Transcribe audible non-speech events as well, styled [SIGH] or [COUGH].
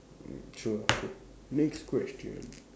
true ah okay [NOISE] next question